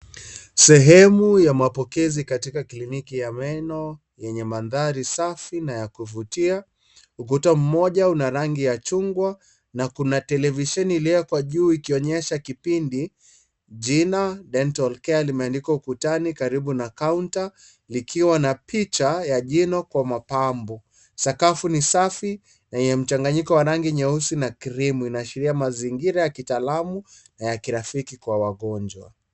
Sehemu ya mapokezi katika kliniki ya meno yenye mandhari safi na ya kuvutia. Ukuta mmoja una rangi ya chungwa na kuna televisheni iliyowekwa juu ikionyesha kipindi. Jina dental care limeandikwa ukutani karibu na kaunta likiwa na picha ya jino kwa mapambo. Sakafu ni safi na ina mchanganyiko wa rangi nyeusi na krimu. Inaashiria mazingira ya kitaalamu na ya kirafiki kwa wagonjwa.